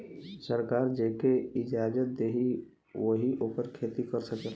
सरकार जेके इजाजत देई वही ओकर खेती कर सकेला